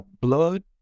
blood